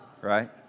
right